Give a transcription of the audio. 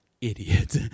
idiot